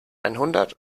einhundert